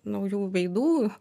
naujų veidų